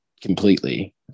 completely